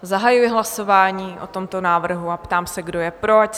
Zahajuji hlasování o tomto návrhu a ptám se, kdo je pro?